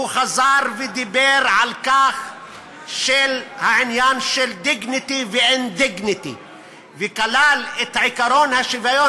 חזר ודיבר על העניין של dignity ו-indignity וכלל את עקרון השוויון.